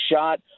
shot